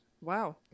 wow